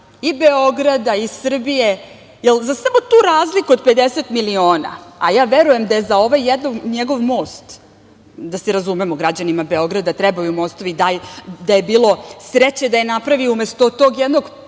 i Beograda i Srbije, jer za samo tu razliku od 50 miliona, a ja verujem da je za ovaj jedan njegov most, da se razumemo građanima Beograda trebaju mostovi, da je bilo sreće da je napravio umesto tog jednog